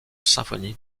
symphonie